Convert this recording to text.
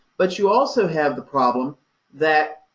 but you also have the problem that,